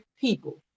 people